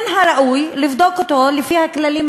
מן הראוי לבדוק אותו לפי הכללים,